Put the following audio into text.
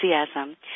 enthusiasm